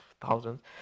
thousands